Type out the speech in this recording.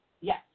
Yes